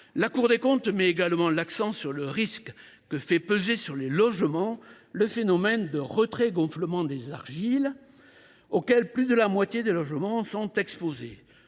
La Cour des comptes met également l’accent sur le risque que fait peser sur les logements le phénomène de retrait gonflement des argiles, auquel plus de la moitié des logements sont exposés.